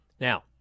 now